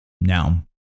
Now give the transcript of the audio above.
Now